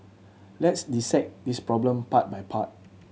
let's dissect this problem part by part